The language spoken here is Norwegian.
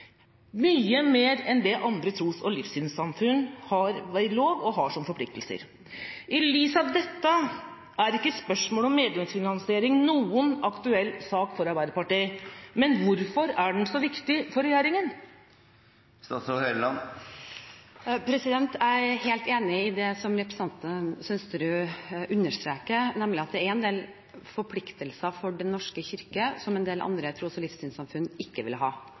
mye mer enn det andre tros- og livssynssamfunn har ved lov og har som forpliktelser. I lys av dette er ikke spørsmålet om medlemsfinansiering noen aktuell sak for Arbeiderpartiet. Men hvorfor er den så viktig for regjeringa? Jeg er helt enig i det som representanten Sønsterud understreker, nemlig at det er en del forpliktelser for Den norske kirke som en del andre tros- og livssynssamfunn ikke vil ha,